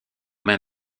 mains